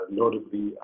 notably